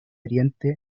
oriente